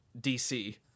DC